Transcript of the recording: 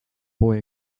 boy